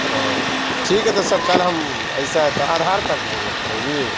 اوہ ٹھیک ہے تو سر کل ہم ایسا تو آدھار کارڈ کی ضرورت پڑے گی